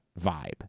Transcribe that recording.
vibe